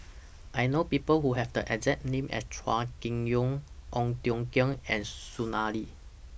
I know People Who Have The exact name as Chua Kim Yeow Ong Tiong Khiam and Soon Ai Ling